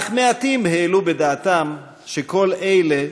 אך מעטים העלו בדעתם שכל אלה